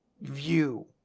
view